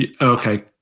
Okay